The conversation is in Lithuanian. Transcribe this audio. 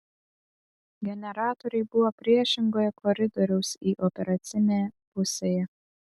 generatoriai buvo priešingoje koridoriaus į operacinę pusėje